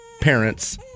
parents